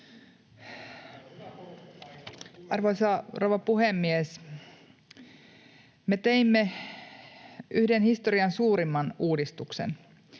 Arvoisa rouva puhemies! Me teimme yhden historian suurimman uudistuksen